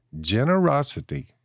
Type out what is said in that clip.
Generosity